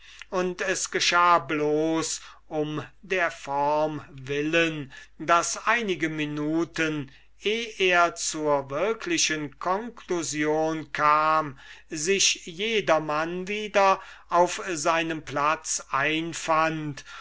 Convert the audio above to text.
und es geschah bloß um der form willen daß einige minuten eh er zur wirklichen conclusion kam sich jedermann wieder auf seinem platz einfand